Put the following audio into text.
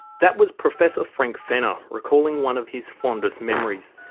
that was professor frank fenner recalling one of his fondest memories.